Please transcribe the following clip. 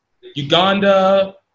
Uganda